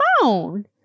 phone